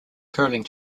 curling